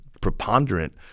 preponderant